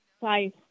Five